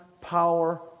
power